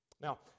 Now